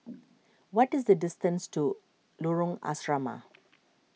what is the distance to Lorong Asrama